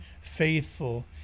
faithful